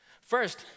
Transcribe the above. First